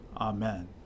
Amen